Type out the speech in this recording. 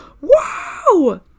Wow